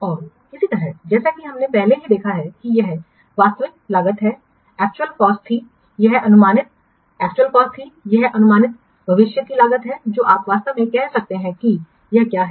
और इसी तरह जैसा कि हमने पहले ही देखा है कि यह वास्तविक लागत थी यह अनुमानित वास्तविक लागत थी यह अनुमानित भविष्य की लागत है जो आप वास्तव में कह सकते हैं कि यह क्या है